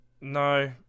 No